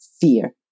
fear